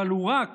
אבל הוא רק